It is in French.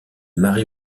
marie